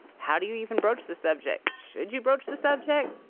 how do you even broach the subject? should you broach the subject?